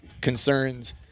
concerns